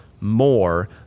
more